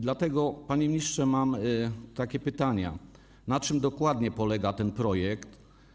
Dlatego, panie ministrze, mam takie pytania: Na czym dokładnie polega ten projekt?